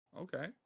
Okay